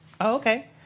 Okay